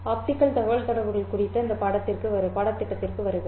optical தகவல்தொடர்புகள் குறித்த இந்த பாடத்திட்டத்திற்கு வருக